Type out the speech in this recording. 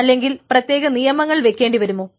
അല്ലെങ്കിൽ പ്രത്യേക നിയമങ്ങൾ വെക്കേണ്ടി വരുമോ